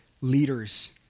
leaders